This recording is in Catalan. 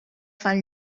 fan